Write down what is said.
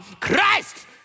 Christ